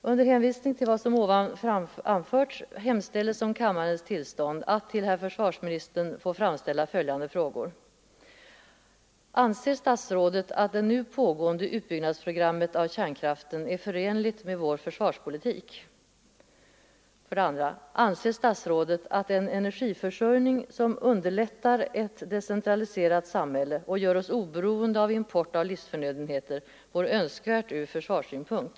Under hänvisning till vad som anförts hemställes om kammarens tillstånd att till herr försvarsministern få framställa föjande frågor: 1. Anser statsrådet att det nu pågående utbyggnadsprogrammet av kärnkraften är förenligt med vår försvarspolitik? 2. Anser statsrådet att en energiförsörjning som underlättar ett decentraliserat samhälle och gör oss oberoende av import av livsförnödenheter vore önskvärd från försvarssynpunkt?